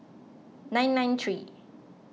nine nine three